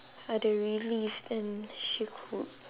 ada relief then she could